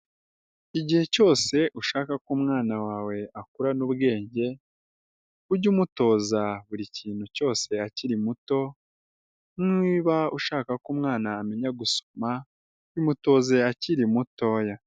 Igihe cyose ushaka ko umwana wawe akurana ubwenge, ujye umutoza buri kintu cyose akiri muto, niba ushaka ko umwana amenya gusoma bimutoze akiri mutoya.